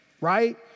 right